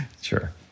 Sure